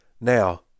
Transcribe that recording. Now